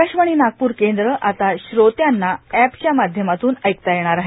आकाशवाणी नागपूर केंद्र आता श्रोत्यांना अप्रच्या माध्यमातून ऐकता येणार आहे